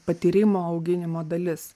patyrimo auginimo dalis